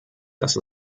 dass